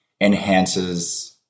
enhances